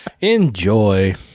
enjoy